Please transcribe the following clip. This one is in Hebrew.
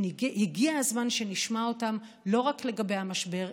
הגיע הזמן שנשמע אותם לא רק לגבי המשבר,